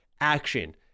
action